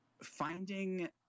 finding